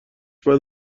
بعد